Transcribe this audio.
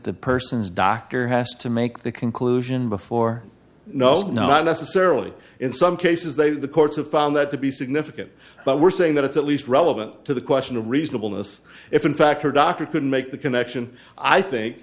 the person's doctor has to make that conclusion before no not necessarily in some cases they the courts have found that to be significant but we're saying that it's at least relevant to the question of reasonableness if in fact her doctor couldn't make the connection i think